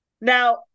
Now